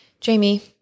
Jamie